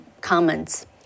comments